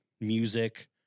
music